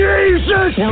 Jesus